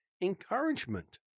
encouragement